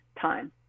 time